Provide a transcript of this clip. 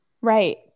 Right